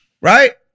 right